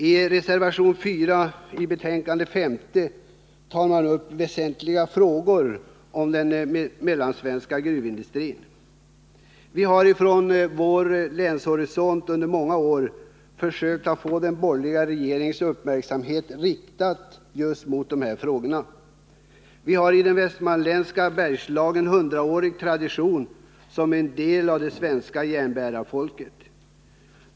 I reservation 4 till betänkandet nr 50 tar man upp väsentliga frågor om den mellansvenska gruvindustrin. Vi har från vårt läns horisont under många år försökt att få den borgerliga regeringens uppmärksamhet riktad just mot dessa frågor. Vi som bor i den västmanländska Bergslagen har en hundraårig tradition som en del av järnbärarfolket.